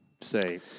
say